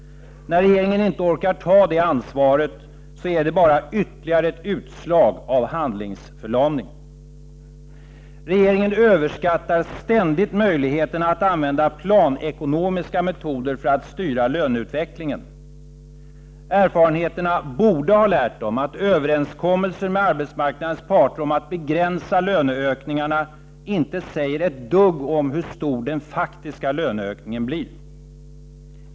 När regeringen inte orkar ta det ansvaret är det bara ytterligare ett utslag av handlingsförlamning. Regeringen överskattar ständigt möjligheterna att använda planekonomiska metoder för att styra löneutvecklingen. Erfarenheterna borde ha lärt dem att överenskommelser med arbetsmarknadens parter om att begränsa löneökningarna inte säger ett dugg om hur stor den faktiska löneökningen blir.